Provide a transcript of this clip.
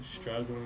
struggling